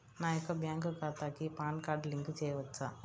నా యొక్క బ్యాంక్ ఖాతాకి పాన్ కార్డ్ లింక్ చేయవచ్చా?